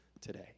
today